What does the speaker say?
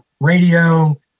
radio